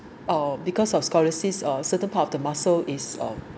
uh because of scoliosis uh certain part of the muscle is um